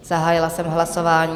Zahájila jsem hlasování.